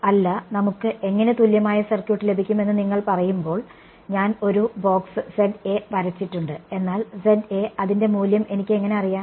അല്ല നമുക്ക് എങ്ങനെ തുല്യമായ സർക്യൂട്ട് ലഭിക്കും എന്ന് നിങ്ങൾ പറയുമ്പോൾ ഞാൻ ഒരു ബോക്സ് വരച്ചിട്ടുണ്ട് എന്നാൽ അതിന്റെ മൂല്യം എനിക്കെങ്ങനെ അറിയാം